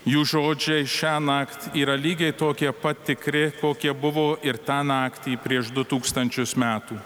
jų žodžiai šiąnakt yra lygiai tokie pat tikri kokia buvo ir tą naktį prieš du tūkstančius metų